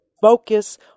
Focus